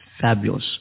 fabulous